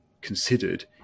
considered